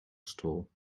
stall